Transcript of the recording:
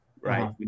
right